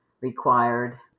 required